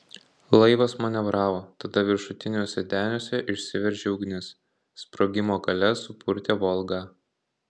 laivas manevravo tada viršutiniuose deniuose išsiveržė ugnis sprogimo galia supurtė volgą